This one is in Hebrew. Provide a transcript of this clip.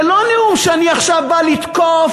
זה לא נאום שאני עכשיו בא לתקוף,